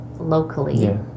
locally